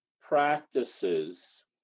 practices